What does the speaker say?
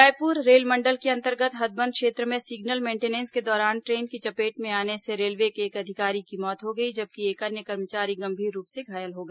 रायपुर रेलमंडल के अंतर्गत हथबंद क्षेत्र में सिग्नल मेंटनेंस के दौरान ट्रेन की चपेट में आने से रेलवे के एक अधिकारी की मौत हो गई जबकि एक अन्य कर्मचारी गंभीर रूप से घायल हो गया